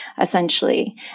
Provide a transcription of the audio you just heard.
essentially